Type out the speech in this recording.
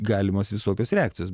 galimos visokios reakcijos